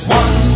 one